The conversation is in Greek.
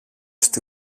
στη